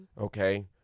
okay